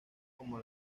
como